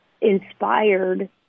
inspired